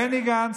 בני גנץ.